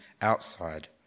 outside